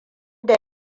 da